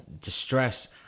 distress